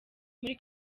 muri